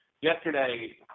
yesterday